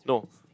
no